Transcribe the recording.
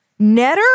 Netter